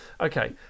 okay